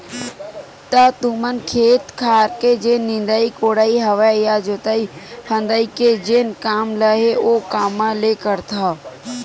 त तुमन खेत खार के जेन निंदई कोड़ई हवय या जोतई फंदई के जेन काम ल हे ओ कामा ले करथव?